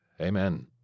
Amen